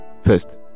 first